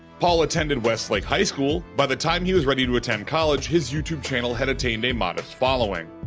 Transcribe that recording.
paul attended westlake high school. by the time he was ready to attend college, his youtube channel had attained a modest following.